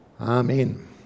Amen